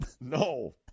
No